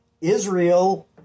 Israel